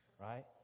right